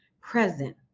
present